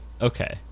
Okay